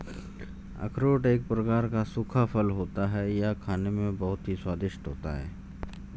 अखरोट एक प्रकार का सूखा फल होता है यह खाने में बहुत ही स्वादिष्ट होता है